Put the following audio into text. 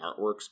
artworks